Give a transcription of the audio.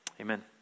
amen